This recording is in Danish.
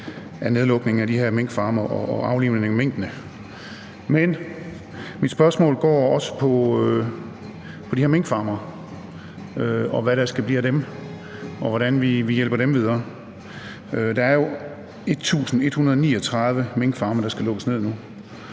af nedlukningen af de her minkfarme og aflivningen af minkene. Men mit spørgsmål går også på de her minkfarmere, og hvad der skal blive af dem, og hvordan vi hjælper dem videre. Der er jo 1.139 minkfarme, der skal lukkes ned nu,